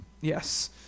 yes